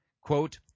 Quote